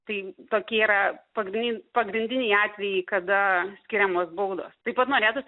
tai tokie yra pagrindiniai pagrindiniai atvejai kada skiriamos baudos taip pat norėtųsi